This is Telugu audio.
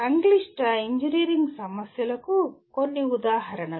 సంక్లిష్ట ఇంజనీరింగ్ సమస్యలకు కొన్ని ఉదాహరణలు